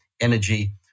energy